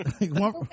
One